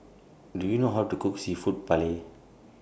Do YOU know How to Cook Seafood Paella